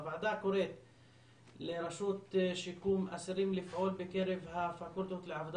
הוועדה קוראת לרשות שיקום האסירים לפעול בקרב הפקולטות לעבודה